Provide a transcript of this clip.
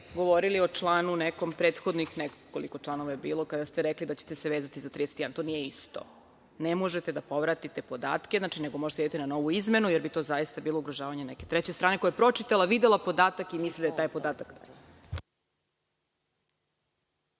govorili o nekom članu prethodnom kada ste rekli da ćete se vezani za 31. To nije isto, ne možete da povratite podatke nego možete da idete na novu izmenu, jer bi to zaista bilo ugrožavanje neke treće strane koja je pročitala, videla podatak i misli da je taj podatak